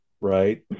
right